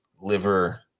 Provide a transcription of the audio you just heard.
liver